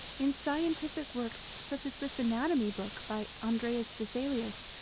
in scientific works such as this anatomy book by andreas vesalius,